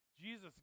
Jesus